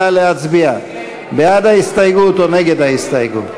נא להצביע בעד ההסתייגות או נגד ההסתייגות.